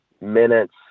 minutes